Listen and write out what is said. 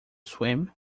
swim